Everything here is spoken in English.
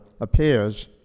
appears